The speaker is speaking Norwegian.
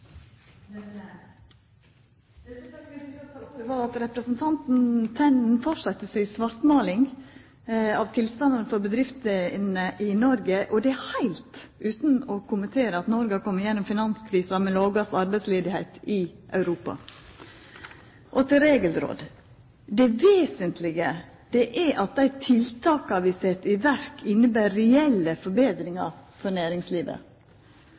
ta ordet, var at representanten Tenden fortsette si svartmaling av tilstanden for bedriftene i Noreg, og det heilt utan å kommentera at Noreg har kome gjennom finanskrisa med den lågaste arbeidsløysa i Europa. Til regelråd: Det vesentlege er at dei tiltaka vi set i verk, inneber reelle forbetringar for næringslivet.